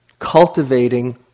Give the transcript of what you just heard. Cultivating